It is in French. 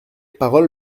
parole